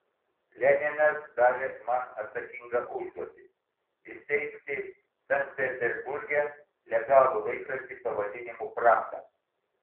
leninas davė man atsakingą užduotį įsteigti sankt peterburge legalų laikraštį pavadinimu pravda